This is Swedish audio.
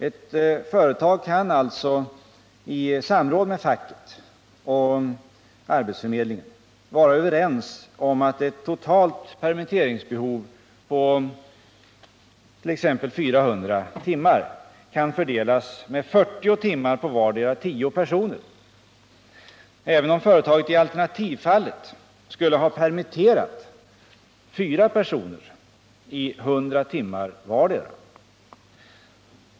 Ett företag kan alltså i samråd med facket och arbetsförmedlingen komma överens om att ett totalt permitteringsbehov på exempelvis 400 timmar skall fördelas på tio personer med 40 timmar vardera, även om företaget alternativt skulle kunna permittera fyra personer med 100 timmar vardera.